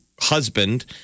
husband